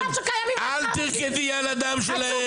אל תרקדי על הדם שלהם.